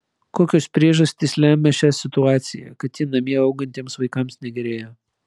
kokios priežastys lemia šią situaciją kad ji namie augantiems vaikams negerėja